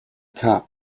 cup